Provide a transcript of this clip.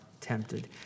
tempted